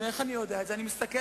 אני אגן